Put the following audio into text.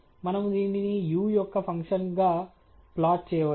మనము దీనిని u యొక్క ఫంక్షన్గా ప్లాట్ చేయవచ్చు